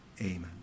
Amen